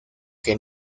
que